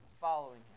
following